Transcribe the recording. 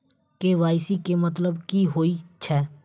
KYC केँ मतलब की होइ छै?